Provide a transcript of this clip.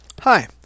Hi